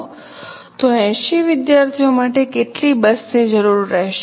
તો 80 વિદ્યાર્થીઓ માટે કેટલી બસની જરૂર રહેશે